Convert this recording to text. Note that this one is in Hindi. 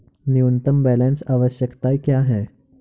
न्यूनतम बैलेंस आवश्यकताएं क्या हैं?